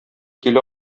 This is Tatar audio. килә